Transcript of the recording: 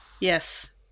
Yes